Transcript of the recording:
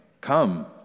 Come